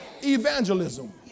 evangelism